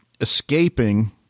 escaping